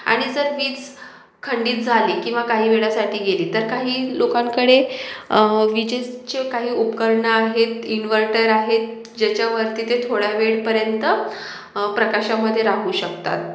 आणि जर वीज खंडित झाली किंवा काही वेळासाठी गेली तर काही लोकांकडे विजेचे काही उपकरणं आहेत इन्व्हर्टर आहेत ज्याच्यावरती ते थोड्या वेळपर्यंत प्रकाशामधे राहू शकतात